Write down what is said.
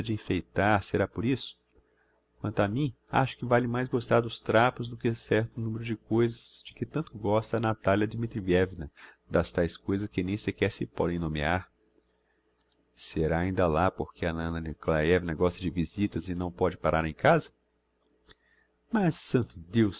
enfeitar será por isso quanto a mim acho que vale mais gostar dos trapos do que um certo numero de coisas de que tanto gosta a natalia dmitrievna das taes coisas que nem sequer se podem nomear será ainda lá porque a anna nikolaievna gosta de visitas e não pode parar em casa mas santo deus